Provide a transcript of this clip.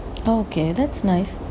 oh okay that's nice